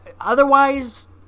Otherwise